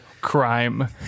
crime